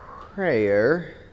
prayer